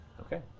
Okay